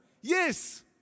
Yes